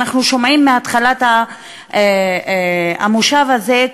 ואנחנו שומעים מהתחלת המושב הזה,